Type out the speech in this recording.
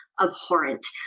abhorrent